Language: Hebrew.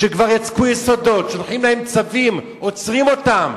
שכבר יצקו יסודות, שולחים להם צווים, עוצרים אותם.